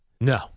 No